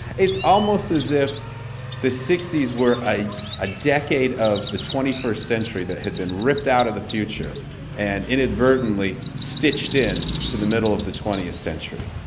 it's almost as if the sixty s were a ah decade of the twenty first century that had been ripped out of the future and inadvertently stitched in to the middle of the twentieth century.